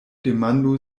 demandu